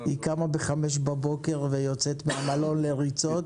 היא קמה ב-5:00 ויוצאת מהמלון לריצות.